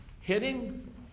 hitting